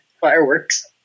fireworks